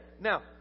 now